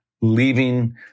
leaving